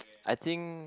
I think